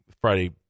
Friday